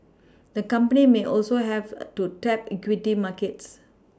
the company may also have to tap equity markets